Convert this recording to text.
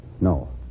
No